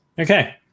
okay